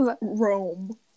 Rome